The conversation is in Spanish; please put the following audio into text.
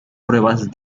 pruebas